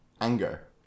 anger